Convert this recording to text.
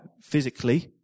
physically